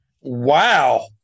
Wow